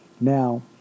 Now